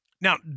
Now